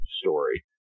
story